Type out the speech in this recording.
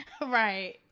Right